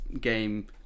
game